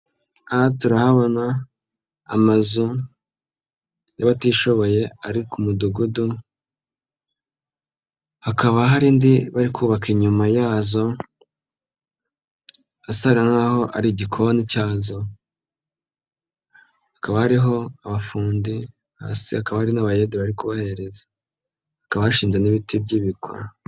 Aha turahabona, amazu y'abatishoboye ari ku umudugudu, hakaba hari indi bari kubaka inyuma yazo, asa nk'a ari igikoni cyazo, hakaba hariho abafundi, hasi hakaba hari n'abayede bari kubahereza, haakaba hashinze n'ibiti by'ibikwa.